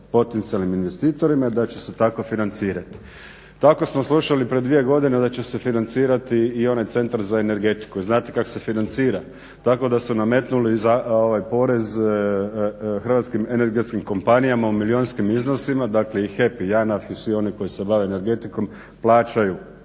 potencijalnim investitorima i da će se tako financirati. Tako samo slušali prije dvije godine da će se financirati i onaj Centar za energetiku. Znate kako se financira? Tako da su nametnuli porez hrvatskim energetskim kompanijama u milijunskim iznosima dakle i HEP i JANAF i svi oni koji se bave energetikom plaćaju